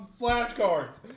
flashcards